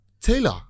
Taylor